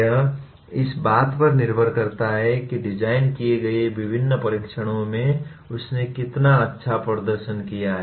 यह इस बात पर निर्भर करता है कि डिजाइन किए गए विभिन्न परीक्षणों में उसने कितना अच्छा प्रदर्शन किया है